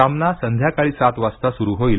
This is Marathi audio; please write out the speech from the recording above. सामना संध्याकाळी सात वाजता सुरू होईल